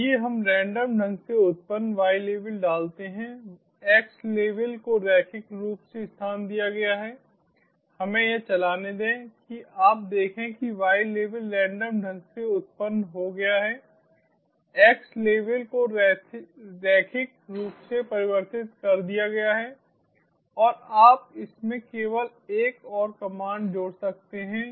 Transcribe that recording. आइए हम रैंडम ढंग से उत्पन्न y लेबल डालते हैं x लेबल को रैखिक रूप से स्थान दिया गया है हमें यह चलाने दें कि आप देखें कि y लेबल रैंडम ढंग से उत्पन्न हो गया है x लेबल को रैखिक रूप से परिवर्तित कर दिया गया है और आप इसमें केवल एक और कमांड जोड़ सकते हैं